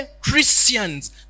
Christians